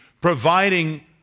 providing